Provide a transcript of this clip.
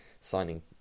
signing